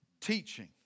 teaching